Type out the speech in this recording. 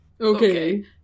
Okay